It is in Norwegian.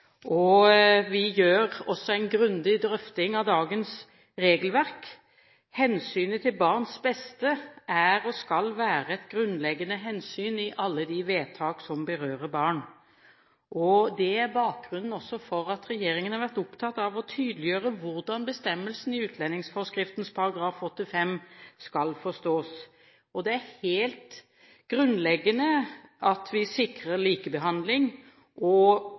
saksfelt. Vi gjør også en grundig drøfting av dagens regelverk. Hensynet til barns beste er og skal være et grunnleggende hensyn i alle vedtak som berører barn. Det er også bakgrunnen for at regjeringen har vært opptatt av å tydeliggjøre hvordan bestemmelsene i utlendingsforskriften § 8-5 skal forstås. Det er helt grunnleggende at vi sikrer likebehandling og